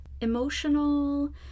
Emotional